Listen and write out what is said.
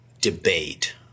debate